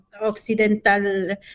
Occidental